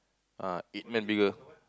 ah eight man bigger